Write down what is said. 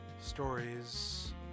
stories